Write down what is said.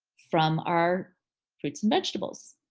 from our fruits and vegetables.